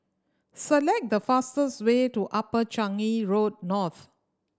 select the fastest way to Upper Changi Road North